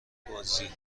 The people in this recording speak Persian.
بازی